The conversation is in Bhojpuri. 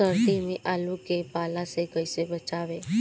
सर्दी में आलू के पाला से कैसे बचावें?